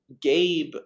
Gabe